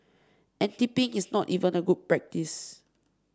and tipping is not even a good practice